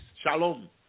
shalom